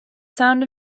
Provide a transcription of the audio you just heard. sound